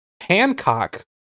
Hancock